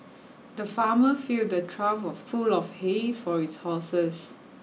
the farmer filled a trough full of hay for his horses